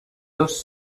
dos